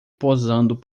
posando